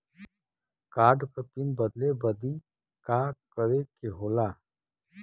Card क PIN बदले बदी का करे के होला?